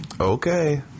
Okay